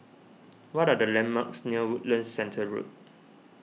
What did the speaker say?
what are the landmarks near Woodlands Centre Road